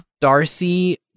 Darcy